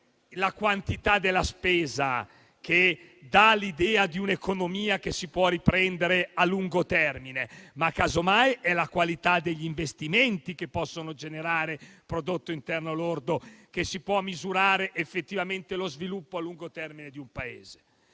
la quantità della spesa che dà l'idea di un'economia che si può riprendere a lungo termine, ma, casomai, è la qualità degli investimenti che possono generare prodotto interno lordo, da cui si può misurare effettivamente lo sviluppo a lungo termine di un Paese.